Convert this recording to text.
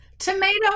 Tomato